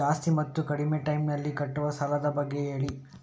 ಜಾಸ್ತಿ ಮತ್ತು ಕಡಿಮೆ ಟೈಮ್ ನಲ್ಲಿ ಕಟ್ಟುವ ಸಾಲದ ಬಗ್ಗೆ ಹೇಳಿ